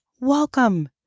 Welcome